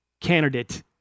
candidate